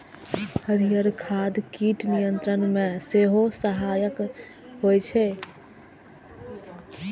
हरियर खाद कीट नियंत्रण मे सेहो सहायक होइ छै